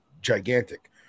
gigantic